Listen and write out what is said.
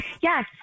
Yes